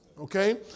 Okay